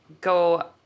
go